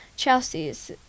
Chelsea's